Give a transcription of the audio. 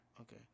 Okay